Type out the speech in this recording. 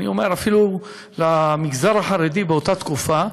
אפילו למגזר החרדי עשו קורסים באותה תקופה,